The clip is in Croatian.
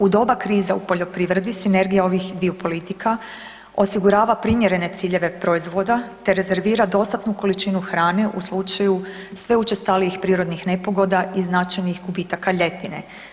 U doba krize u poljoprivredi, sinergija ovih dviju politika, osigurava primjerene ciljeve proizvoda te rezervira dostatnu količinu hrane u slučaju sve učestalijih prirodnih nepogoda i značajnih gubitaka ljetine.